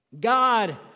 God